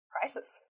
Prices